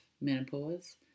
menopause